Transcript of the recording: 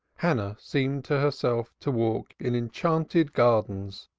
hannah seemed to herself to walk in enchanted gardens,